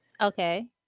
Okay